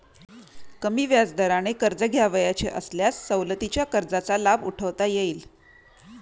कमी व्याजदराने कर्ज घ्यावयाचे असल्यास सवलतीच्या कर्जाचा लाभ उठवता येईल